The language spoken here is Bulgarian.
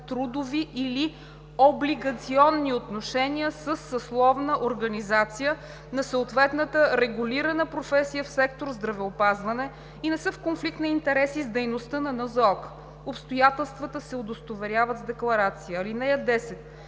трудови или облигационни отношения със съсловна организация на съответната регулирана професия в сектор „Здравеопазване“ и не са в конфликт на интереси с дейността на НЗОК. Обстоятелствата се удостоверяват с декларация. (10)